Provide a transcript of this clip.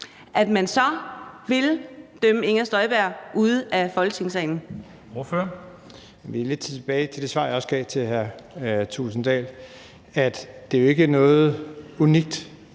at man så vil dømme Inger Støjberg ude af Folketinget?